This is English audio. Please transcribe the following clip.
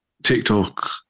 TikTok